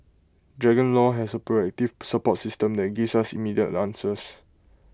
dragon law has A proactive support system that gives us immediate answers